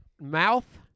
mouth